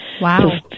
Wow